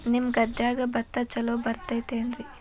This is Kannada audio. ನಿಮ್ಮ ಗದ್ಯಾಗ ಭತ್ತ ಛಲೋ ಬರ್ತೇತೇನ್ರಿ?